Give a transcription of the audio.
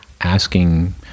asking